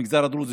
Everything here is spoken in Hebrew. במגזר הדרוזי,